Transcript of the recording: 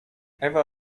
ewa